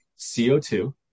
CO2